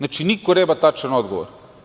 Niko nema tačan odgovor.